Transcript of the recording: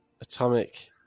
Atomic